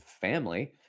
family